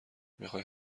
میخای